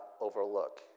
overlook